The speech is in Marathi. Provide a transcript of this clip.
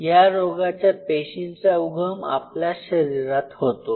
या रोगाच्या पेशींचा उगम आपल्याच शरीरात होतो